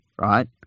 right